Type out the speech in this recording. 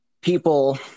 People